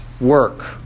work